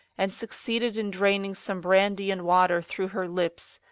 and suc ceeded in draining some brandy and water through her lips,